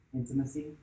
Intimacy